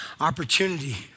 opportunity